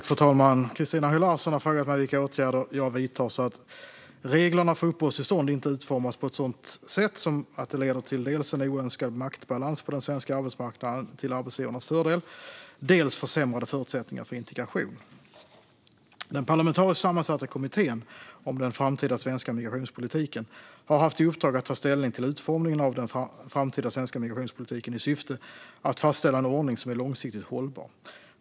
Fru talman! Christina Höj Larsen har frågat mig vilka åtgärder jag vidtar för att reglerna för uppehållstillstånd inte ska utformas på ett sätt som leder till dels en oönskad maktbalans på den svenska arbetsmarknaden till arbetsgivarnas fördel, dels försämrade förutsättningar för integration. Den parlamentariskt sammansatta kommittén om den framtida svenska migrationspolitiken har haft i uppdrag att ta ställning till utformningen av den framtida svenska migrationspolitiken i syfte att fastställa en ordning som är långsiktigt hållbar.